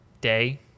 day